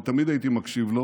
ותמיד הייתי מקשיב לו,